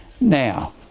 Now